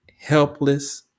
helpless